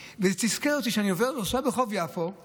תסכל אותי שאני עובר עכשיו ברחוב יפו, יש